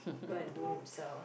go and do himself ah